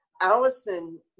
Allison